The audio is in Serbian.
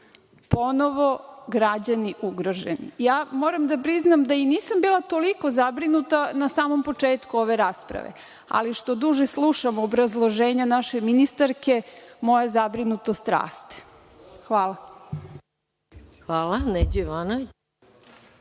su građani ugroženi. Moram da priznam da nisam bila toliko zabrinuta na samom početku ove rasprave, ali što duže slušam obrazloženje naše ministarke moja zabrinutost raste. Hvala. **Maja Gojković**